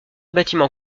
bâtiment